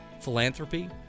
philanthropy